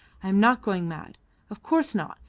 i am not going mad of course not,